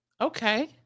okay